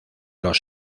los